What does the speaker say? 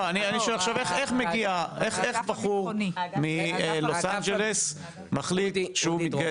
איך בחור מלוס אנג'לס מחליט שהוא מתגייס?